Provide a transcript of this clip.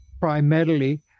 primarily